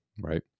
right